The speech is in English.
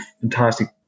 fantastic